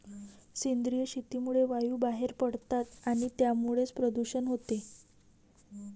सेंद्रिय शेतीमुळे वायू बाहेर पडतात आणि त्यामुळेच प्रदूषण होते